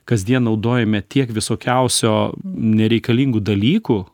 kasdien naudojame tiek visokiausio nereikalingų dalykų